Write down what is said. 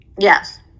Yes